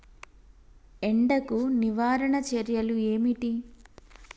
ఎండకు నివారణ చర్యలు ఏమిటి?